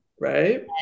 Right